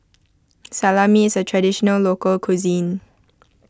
Salami is a Traditional Local Cuisine